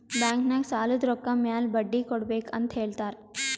bank ನಾಗ್ ಸಾಲದ್ ರೊಕ್ಕ ಮ್ಯಾಲ ಬಡ್ಡಿ ಕೊಡ್ಬೇಕ್ ಅಂತ್ ಹೇಳ್ತಾರ್